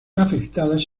afectadas